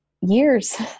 years